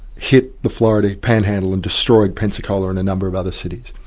hit the florida panhandle and destroyed pensacola and a number of other cities.